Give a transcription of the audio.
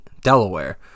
Delaware